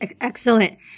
excellent